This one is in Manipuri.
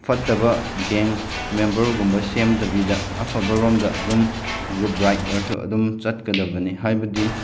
ꯐꯠꯇꯕ ꯒꯦꯡ ꯃꯦꯝꯕꯔꯒꯨꯝꯕ ꯁꯦꯝꯗꯕꯤꯗ ꯑꯐꯕꯔꯣꯝꯗ ꯑꯗꯨꯝ ꯒ꯭ꯔꯨꯞ ꯔꯥꯏꯠ ꯑꯣꯏꯔꯁꯨ ꯑꯗꯨꯝ ꯆꯠꯀꯗꯕꯅꯤ ꯍꯥꯏꯕꯗꯤ